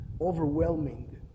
overwhelming